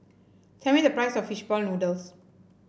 tell me the price of fish ball noodles